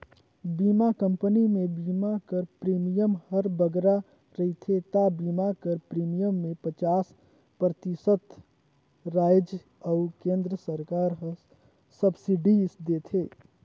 बीमा कंपनी में बीमा कर प्रीमियम हर बगरा रहथे ता बीमा कर प्रीमियम में पचास परतिसत राएज अउ केन्द्र सरकार हर सब्सिडी देथे